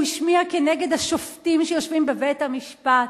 השמיע כנגד השופטים שיושבים בבית-המשפט.